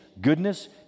goodness